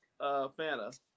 Fanta